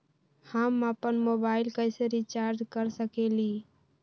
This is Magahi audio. हम अपन मोबाइल कैसे रिचार्ज कर सकेली?